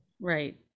right